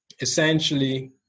essentially